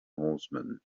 horsemen